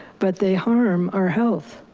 but they harm our health.